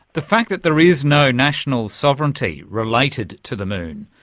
the fact that there is no national sovereignty related to the moon,